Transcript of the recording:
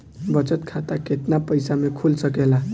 बचत खाता केतना पइसा मे खुल सकेला?